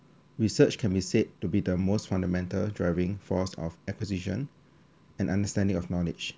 research can be said to be the most fundamental driving force of acquisition and understanding of knowledge